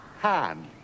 hand